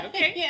Okay